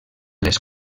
les